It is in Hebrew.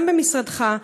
גם במשרדך,